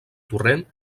torrent